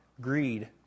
greed